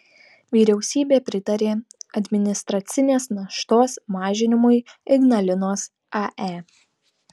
vyriausybė pritarė administracinės naštos mažinimui ignalinos ae